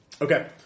Okay